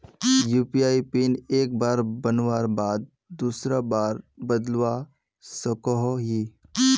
UPI pin एक बार बनवार बाद दूसरा बार बदलवा सकोहो ही?